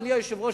אדוני היושב-ראש,